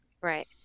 Right